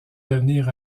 devenir